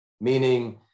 meaning